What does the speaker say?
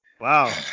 Wow